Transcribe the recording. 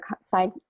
side